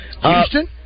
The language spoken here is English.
Houston